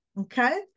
okay